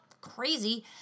crazy